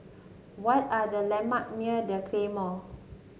what are the landmark near The Claymore